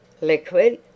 Liquid